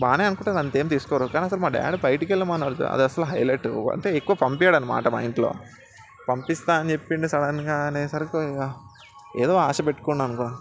బాగానే అనుకుంటారు అంతేమి తీసుకోరు కానీ అసలు మా డాడ్ బయటకి వెళ్ళమనరు అది అసలు హైలైట్ అంటే ఎక్కువ పంప్పివ్వడు అనమాట మా ఇంట్లో పంపిస్తా అని చెప్పిండు సడన్గా అనేసరికి ఇక ఏదో ఆశ పెట్టుకున్నాను